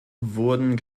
wurden